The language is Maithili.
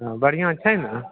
हँ बढ़िआँ छै ने